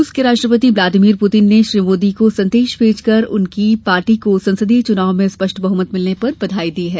रूस के राष्ट्रपति व्लादिमीर पुतिन ने श्री मोदी को संदेश भेज कर उनकी पार्टी को संसदीय चुनाव में स्पष्ट बहुमत मिलने पर बधाई दी है